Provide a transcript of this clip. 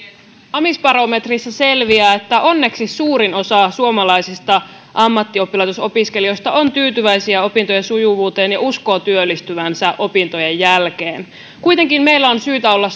amisbarometristä selviää että onneksi suurin osa suomalaisista ammattioppilaitosopiskelijoista on tyytyväisiä opintojen sujuvuuteen ja uskoo työllistyvänsä opintojen jälkeen kuitenkin meillä on syytä olla